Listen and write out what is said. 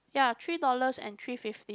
ya three dollars and three fifty